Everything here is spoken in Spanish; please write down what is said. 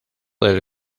del